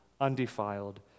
undefiled